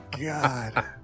God